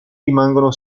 rimangono